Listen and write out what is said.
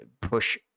push